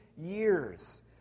years